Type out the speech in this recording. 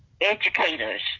educators